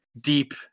deep